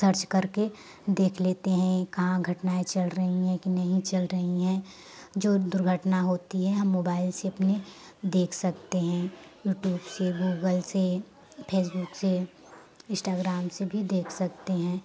search करके देख लेते हैं कहाँ घटनाएँ चल रही हैं कि नहीं चल रही हैं जो दुर्घटना होती है हम मोबाइल से अपने देख सकते हैं यूटूब से गूगल से फेसबुक से इश्टाग्राम से भी देख सकते हैं